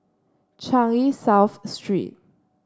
Changi South Street